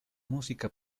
música